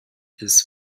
this